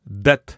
death